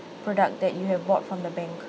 product that you have bought from the bank